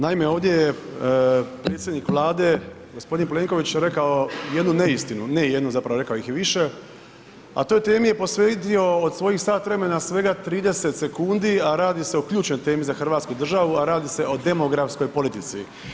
Naime, ovdje je predsjednik Vlade g. Plenković rekao jednu neistinu, ne jednu, zapravo rekao ih je više a toj temi je posvetio od svojih sat vremena svega 30 sekundi a radi se o ključnoj temi za hrvatsku državu a radi se o demografskoj politici.